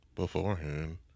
beforehand